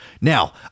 Now